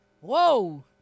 Whoa